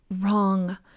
wrong